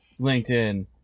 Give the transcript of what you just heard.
LinkedIn